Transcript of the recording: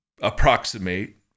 approximate